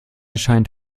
scheint